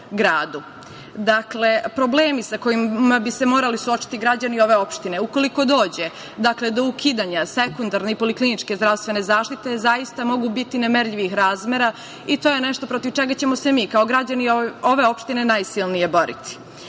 gradu. Dakle, problemi sa kojima bi se morali suočiti građani ove opštine, ukoliko dođe do ukidanja sekundarne i polikliničke zdravstvene zaštite, zaista mogu biti nemerljivih razmera i to je nešto protiv čega ćemo se mi kao građani ove opštine najsilnije boriti. Dakle,